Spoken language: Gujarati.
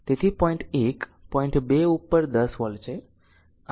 તેથી પોઈન્ટ 1 પોઈન્ટ 2 ઉપર 10 વોલ્ટ છે આનો અર્થ છે